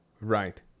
right